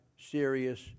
serious